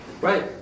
Right